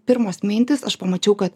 pirmos mintys aš pamačiau kad